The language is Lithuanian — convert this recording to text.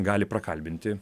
gali prakalbinti